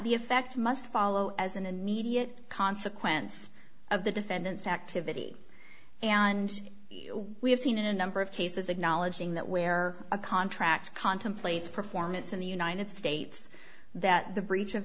the effect must follow as an immediate consequence of the defendant's activity and we have seen in a number of cases acknowledging that where a contract contemplates performance in the united states that the breach of